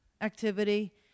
activity